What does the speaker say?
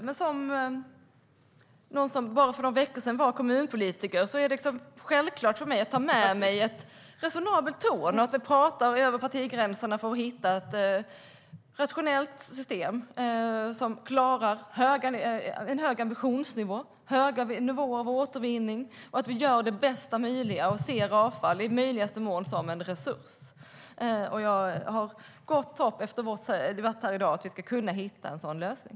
För mig som för bara några veckor sedan var kommunpolitiker är det självklart att ha en resonabel ton och prata över partigränserna för att hitta ett rationellt system med hög ambitionsnivå och hög nivå av återvinning och att vi gör det bästa möjliga och i möjligaste mån ser avfall som en resurs. Efter vår debatt i dag har jag gott hopp om att vi ska kunna hitta en sådan lösning.